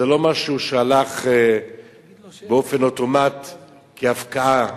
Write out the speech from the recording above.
זה לא משהו שהלך באופן אוטומטי כהפקעה